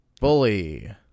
Bully